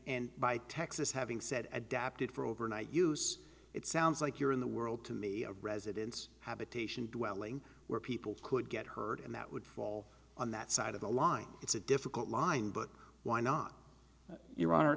and by texas having said adapted for overnight use it sounds like you're in the world to me a residence habitation welling where people could get hurt and that would fall on that side of the line it's a difficult line but why not iran or a